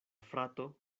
frato